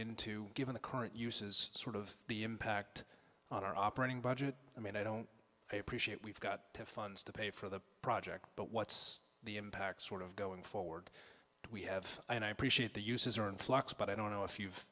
into given the current uses sort of the impact on our operating budget i mean i don't appreciate we've got the funds to pay for the project but what's the impact sort of going forward we have and i appreciate the uses are in flux but i don't know if you've